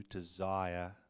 desire